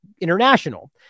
international